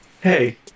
Hey